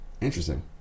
Interesting